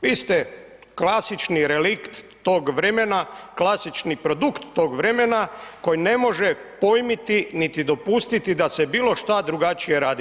Vi ste klasični relikt tog vremena, klasični produkt to vremena koji ne može pojmiti niti dopustiti da se bilo šta drugačije radi.